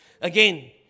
Again